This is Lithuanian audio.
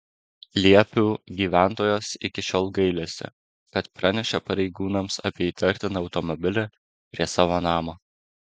liepių gyventojas iki šiol gailisi kad pranešė pareigūnams apie įtartiną automobilį prie savo namo